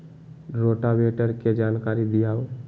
Rotavator के जानकारी दिआउ?